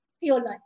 theology